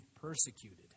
persecuted